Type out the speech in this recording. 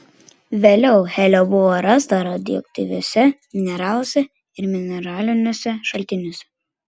vėliau helio buvo rasta radioaktyviuose mineraluose ir mineraliniuose šaltiniuose